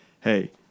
Hey